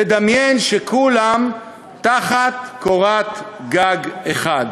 תדמיין שכולם תחת קורת גג אחת,